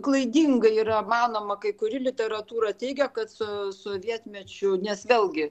klaidingai yra manoma kai kuri literatūra teigia kad so sovietmečiu nes vėlgi